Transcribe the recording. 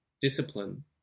discipline